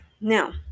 Now